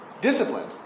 Disciplined